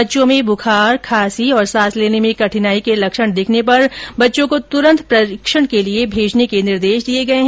बच्चों में बुखार खांसी और सांस लेने में कठिनाई के लक्षण दिखने पर बच्चे को तुरन्त परीक्षण के लिए भेजने का निर्देश दिया गया है